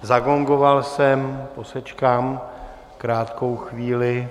Zagongoval jsem, posečkám krátkou chvíli.